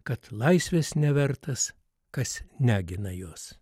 kad laisvės nevertas kas negina jos